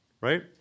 right